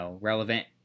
relevant